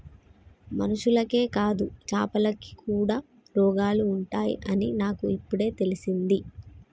మనుషులకే కాదు చాపలకి కూడా రోగాలు ఉంటాయి అని నాకు ఇపుడే తెలిసింది